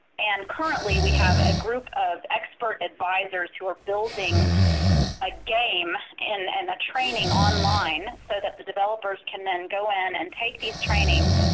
and currently, we have a group of expert advisors who are building a game and and a training online so that the developers can then go in and take these trainings.